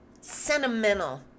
sentimental